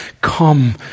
Come